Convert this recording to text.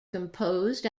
composed